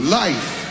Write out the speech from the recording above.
life